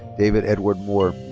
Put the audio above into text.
david edward moore.